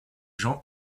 jean